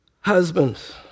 Husbands